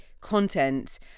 content